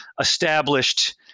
established